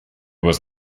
was